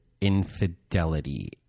infidelity